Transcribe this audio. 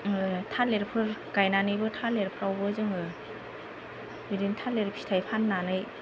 थालिरफोर गायनानैबो थालिरफ्रावबो जोङो बिदिनो थालिर फिथाय फाननानै